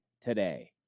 today